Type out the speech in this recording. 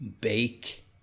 bake